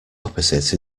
opposite